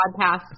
podcast